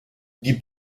die